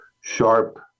sharp